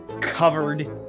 covered